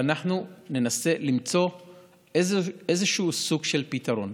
שאנחנו ננסה למצוא איזשהו סוג של פתרון.